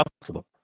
possible